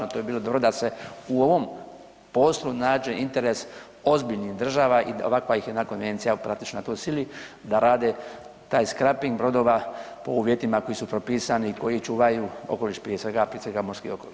To bi bilo dobro da se u ovom poslu nađe interes ozbiljnih država i da ovakva ih jedna konvencija praktično na to sili, da rade taj skraping brodova po uvjetima koji su propisani, koji čuvaju okoliš prije svega, a prije svega morski okoliš.